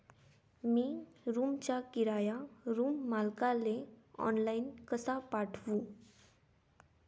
मी रूमचा किराया रूम मालकाले ऑनलाईन कसा पाठवू?